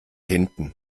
hinten